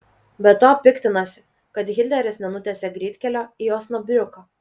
be to piktinasi kad hitleris nenutiesė greitkelio į osnabriuką